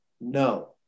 no